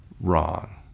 wrong